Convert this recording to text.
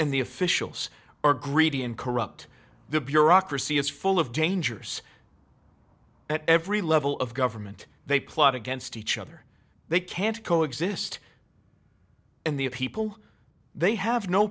and the officials are greedy and corrupt the bureaucracy is full of dangers at every level of government they plot against each other they can't co exist and the people they have no